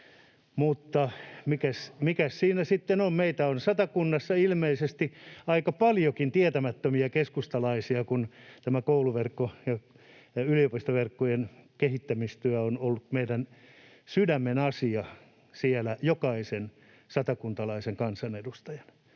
mutta mikäs siinä sitten on, meitä on Satakunnassa ilmeisesti aika paljonkin tietämättään keskustalaisia, kun tämä kouluverkon ja yliopistoverkon kehittämistyö on ollut meidän jokaisen satakuntalaisen kansanedustajan